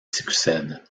succède